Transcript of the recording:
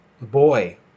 boy